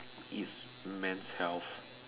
its men's health